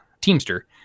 teamster